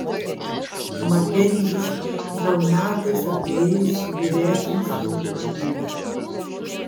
makenzis gal metais ar dvejais vyresnis už mane